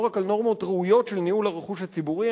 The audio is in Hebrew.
לא רק על נורמות ראויות של ניהול הרכוש הציבורי,